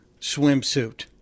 swimsuit